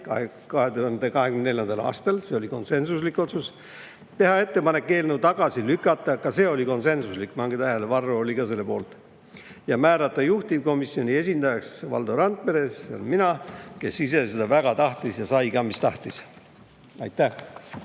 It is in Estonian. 2024. aastal, see oli konsensuslik otsus, teha ettepanek eelnõu tagasi lükata, ka see oli konsensuslik – pange tähele, Varro oli ka selle poolt –, ja määrata juhtivkomisjoni esindajaks Valdo Randpere, see olen mina, kes ise seda väga tahtis ja sai ka, mis tahtis. Aitäh!